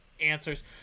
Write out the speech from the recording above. answers